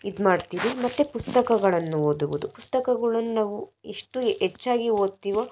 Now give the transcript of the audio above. ಇದು ಮಾಡ್ತೀವಿ ಮತ್ತು ಪುಸ್ತಕಗಳನ್ನು ಓದುವುದು ಪುಸ್ತಕಗಳನ್ ನಾವು ಎಷ್ಟು ಹೆಚ್ಚಾಗಿ ಒದ್ತೀವೊ